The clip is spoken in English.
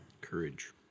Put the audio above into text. courage